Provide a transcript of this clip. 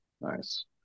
nice